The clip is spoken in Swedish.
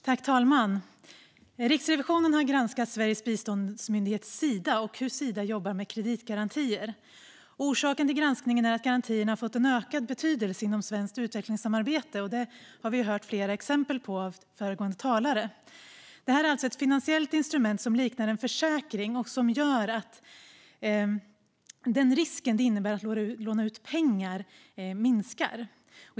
Fru talman! Riksrevisionen har granskat Sveriges biståndsmyndighet, Sida, och hur Sida jobbar med kreditgarantier. Orsaken till granskningen är att garantier har fått en ökad betydelse inom svenskt utvecklingssamarbete. Det har vi hört flera exempel på från föregående talare. Det här är ett finansiellt instrument som liknar en försäkring som gör att den risk som det innebär att låna ut pengar minskar.